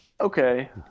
okay